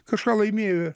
kažką laimėjo